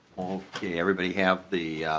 yeah everybody have the